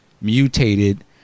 mutated